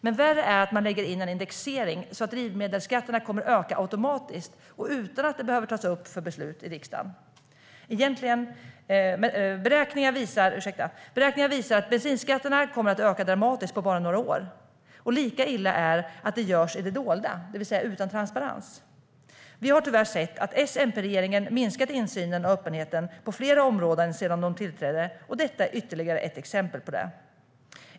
Men värre är att det läggs in en indexering så att drivmedelsskatterna kommer att öka automatiskt och utan att det behöver tas upp till beslut i riksdagen. Beräkningar visar att bensinskatterna kommer att öka dramatiskt på bara några år. Lika illa är det att det görs i det dolda, det vill säga utan transparens. Vi har tyvärr sett att S-MP-regeringen har minskat insynen och öppenheten på flera områden sedan den tillträdde, och detta är ytterligare ett exempel.